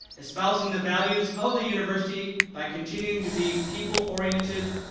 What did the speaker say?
exposing the values of the university by continuing to be people-oriented.